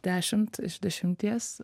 dešimt iš dešimties